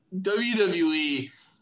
WWE